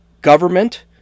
government